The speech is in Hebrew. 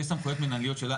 ויש סמכויות מנהליות.